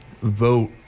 vote